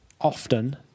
often